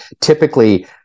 typically